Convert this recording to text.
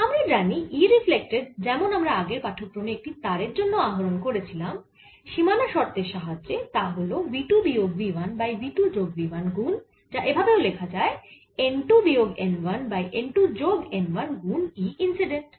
আমরা জানি E reflected যেমন আমরা পাঠক্রমে একটি তারের জন্য আহরণ করেছিলাম সীমানা শর্তের সাহায্যে তা হল v 2 বিয়োগ v 1 বাই v 2 যোগ v 1 গুন যা এভাবেও লেখা যায় n 2 বিয়োগ n 1 বাই n 2 যোগ n 1 গুন E ইন্সিডেন্ট